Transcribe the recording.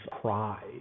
pride